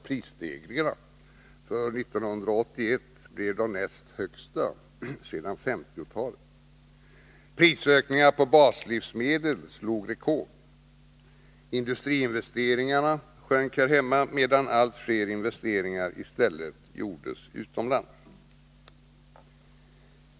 Prisstegringarna för 1981 blev de näst högsta sedan 1950-talet. Prisökningarna på baslivsmedel slog rekord. Industriinvesteringarna sjönk här hemma, medan allt fler investeringar i stället gjordes utomlands.